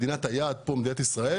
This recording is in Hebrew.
מדינת היעד במקרה זה מדינת ישראל